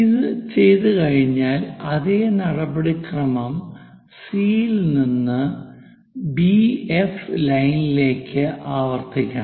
ഇത് ചെയ്തുകഴിഞ്ഞാൽ അതേ നടപടിക്രമം സി യിൽ നിന്ന് ബി എഫ് ലൈനിലേക്ക് ആവർത്തിക്കണം